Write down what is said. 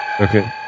Okay